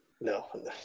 No